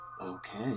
Okay